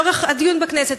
לאורך הדיון בכנסת,